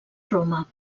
roma